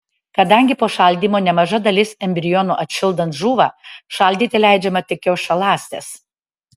kadangi po šaldymo nemaža dalis embrionų atšildant žūva šaldyti leidžiama tik kiaušialąstes